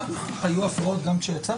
היו הפרעות גם כשיצאתי?